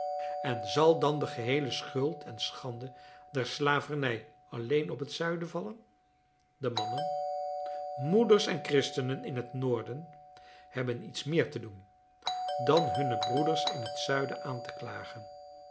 en zal dan de geheele schuld en schande der slavernij alleen op het zuiden vallen de mannen moeders en christenen in het noorden hebben iets meer te doen dan hunne broeders in het zuiden aan te klagen